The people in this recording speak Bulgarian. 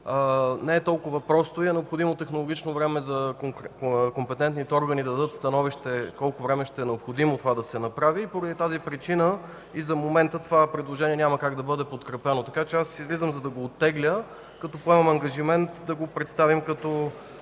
не е толкова просто и е необходимо технологично време на компетентните органи да дадат становище колко време ще е необходимо да се направи това. Поради тази причина за момента това предложение няма как да бъде подкрепено. Така че аз излизам, за да го оттегля. Поемам ангажимент да го представим като